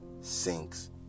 sinks